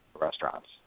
restaurants